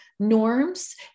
norms